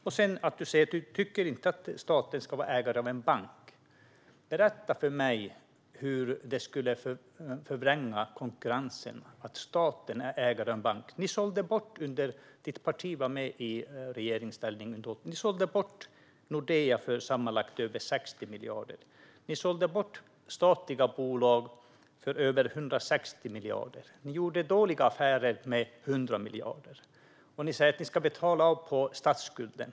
Du säger att du inte tycker att staten ska vara ägare av en bank. Berätta för mig hur det skulle snedvrida konkurrensen att staten är ägare av en bank! När ditt parti satt i regeringsställning sålde ni Nordea för sammanlagt över 60 miljarder. Ni sålde statliga bolag för över 160 miljarder. Ni gjorde dåliga affärer med 100 miljarder. Ni säger att ni ska betala av på statsskulden.